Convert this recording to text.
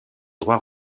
droit